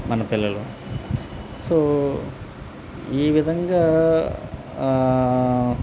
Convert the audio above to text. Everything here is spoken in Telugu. మన పిల్లలు సో ఈ విధంగా